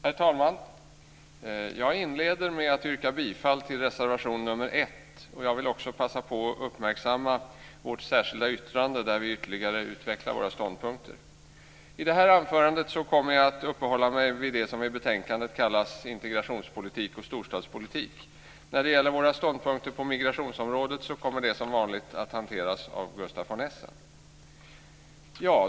Herr talman! Jag inleder med att yrka bifall till reservation 1. Jag vill också passa på att uppmärksamma vårt särskilda yttrande där vi ytterligare utvecklar våra ståndpunkter. I det här anförandet kommer jag att uppehålla mig vid det som i betänkandet kallas integrationspolitik och storstadspolitik. När det gäller våra ståndpunkter på migrationsområdet kommer det som vanligt att hanteras av Gustaf von Essen.